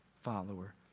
follower